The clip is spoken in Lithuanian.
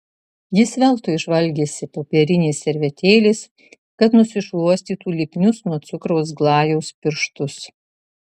jis veltui žvalgėsi popierinės servetėlės kad nusišluostytų lipnius nuo cukraus glajaus pirštus